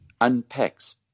unpacks